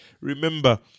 Remember